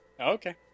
Okay